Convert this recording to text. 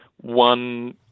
one